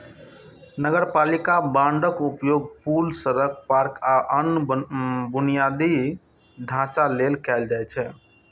नगरपालिका बांडक उपयोग पुल, सड़क, पार्क, आ अन्य बुनियादी ढांचा लेल कैल जाइ छै